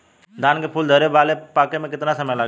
धान के फूल धरे से बाल पाके में कितना समय लागेला?